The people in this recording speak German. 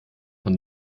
von